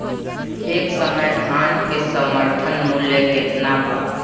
एह समय धान क समर्थन मूल्य केतना बा?